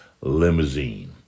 limousine